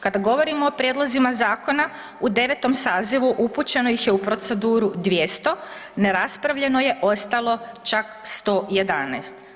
Kada govorimo o prijedlozima zakona u 9. sazivu upućeno ih je u proceduru 200, neraspravljeno je ostalo čak 111.